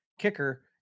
kicker